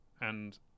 And-